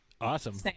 Awesome